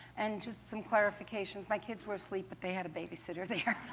and just some clarification my kids were sleep, but they had a babysitter there.